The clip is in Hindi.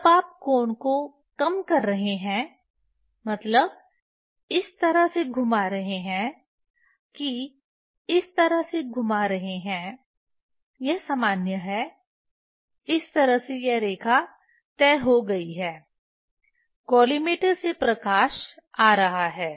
जब आप कोण को कम कर रहे हैं मतलब इस तरह से घुमा रहे हैं कि इस तरह से घुमा रहे हैं यह सामान्य है इस तरह से यह रेखा तय हो गई है कॉलिमेटर से प्रकाश आ रहा है